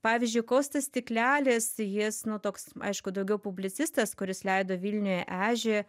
pavyzdžiui kostas stiklelis jis nu toks aišku daugiau publicistas kuris leido vilniuje ežį